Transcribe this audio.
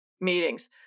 meetings